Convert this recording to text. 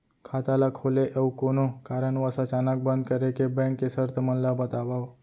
खाता ला खोले अऊ कोनो कारनवश अचानक बंद करे के, बैंक के शर्त मन ला बतावव